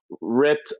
ripped